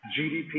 GDP